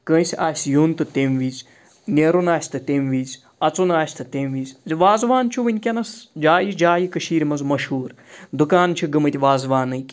کٲنٛسہِ آسہِ یُن تہٕ تٔمۍ وِز نیرُن آسہِ تہٕ تٔمۍ وِزِ اَژُن آسہِ تہٕ تٔمۍ وِزِ وازوان چھُ وٕنکیٚنَس جایہِ جایہِ کٔشیٖر مَنٛز مشہوٗر دُکان چھِ گٔمٕتۍ وازوانٕکۍ